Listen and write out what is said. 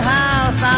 house